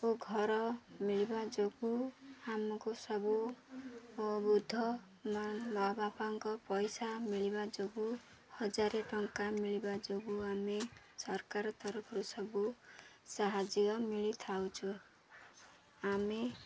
ଓ ଘର ମିଳିବା ଯୋଗୁଁ ଆମକୁ ସବୁ ବୃଦ୍ଧ ମା ବାପାଙ୍କ ପଇସା ମିଳିବା ଯୋଗୁଁ ହଜାର ଟଙ୍କା ମିଳିବା ଯୋଗୁଁ ଆମେ ସରକାର ତରଫରୁ ସବୁ ସାହାଯ୍ୟ ମିଳି ଥାଉଛି ଆମେ